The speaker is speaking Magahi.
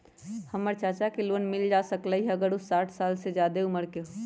हमर चाचा के लोन मिल जा सकलई ह अगर उ साठ साल से जादे उमर के हों?